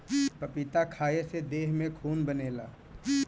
पपीता खाए से देह में खून बनेला